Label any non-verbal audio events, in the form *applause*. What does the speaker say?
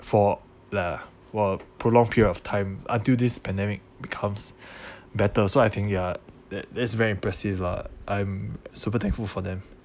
for like a while prolong period of time until this pandemic becomes *breath* better so I think ya that that is very impressive lah I'm super thankful for them